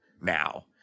now